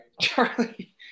Charlie